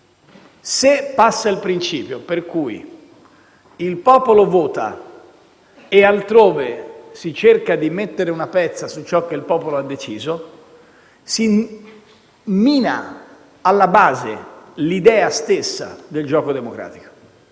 Se passa il principio per cui il popolo vota e altrove si cerca di "mettere una pezza" su ciò che il popolo ha deciso, si mina alla base l'idea stessa del gioco democratico.